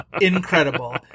incredible